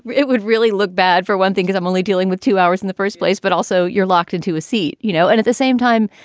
it would really look bad. for one thing is i'm only dealing with two hours in the first place. but also you're locked into a seat, you know, and at the same time,